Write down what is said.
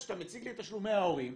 כשאתה מציג לי את תשלומי ההורים,